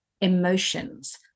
emotions